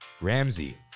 Ramsey